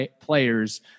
players